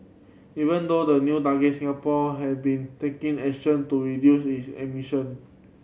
even now the new targets Singapore had been taking action to reduce its emission